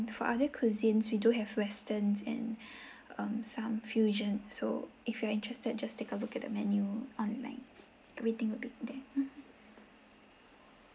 for other cuisines we do have westerns and um some fusion so if you are interested just take a look at the menu online rating would be there mmhmm